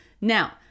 Now